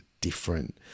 different